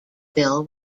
bill